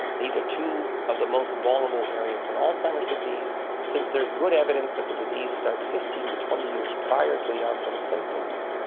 these are two of the most vulnerable areas in alzheimer's disease. since there is good evidence that the disease starts fifteen to twenty years prior to the onset of symptoms,